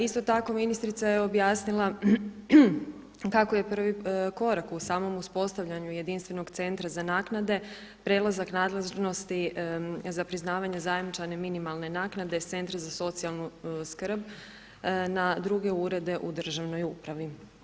Isto tako ministrica je objasnila kako je prvi korak u samom uspostavljanju jedinstvenog centra za naknade prelazak nadležnosti za priznavanje zajamčene minimalne naknade s Centra za socijalnu skrb na druge urede u državnoj upravi.